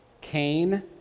Cain